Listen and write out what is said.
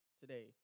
today